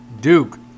Duke